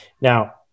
Now